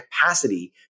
capacity